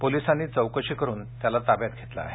पोलीसांनी चौकशी करुन त्याला ताब्यात घेतलं आहे